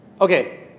okay